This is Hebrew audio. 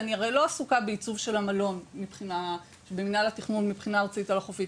אני הרי לא עסוקה בעיצוב של המלון במנהל התכנון מבחינה ארצית על החופים.